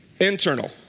Internal